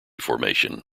formation